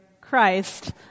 Christ